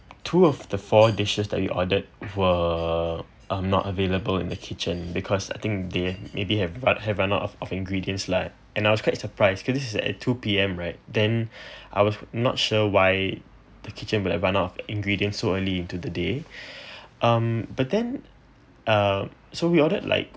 two of the four dishes that we ordered were are not available in the kitchen because I think they maybe have they have run out of of ingredients like and I was quite surprised because this is at two P_M right then I was not sure why the kitchen will run of ingredients so early to the day um but then err so we ordered like